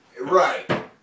Right